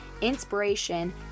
inspiration